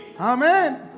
Amen